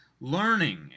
learning